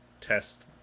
test